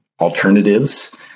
alternatives